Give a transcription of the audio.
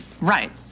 right